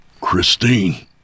Christine